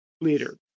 leader